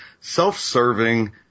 self-serving